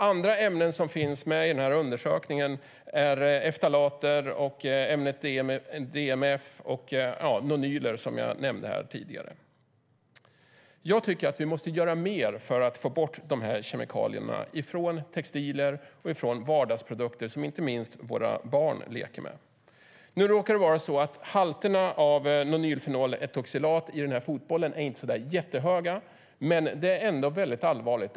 Andra ämnen som finns med i undersökningen, utöver nonylfenol som jag nämnde, är ftalater och DMF. Jag tycker att vi måste göra mer för att få bort de här kemikalierna från textilier och vardagsprodukter som inte minst våra barn leker med. Nu råkar det vara så att halterna av nonylfenoletoxilat i den här fotbollen inte är så där jättehöga, men det är ändå allvarligt.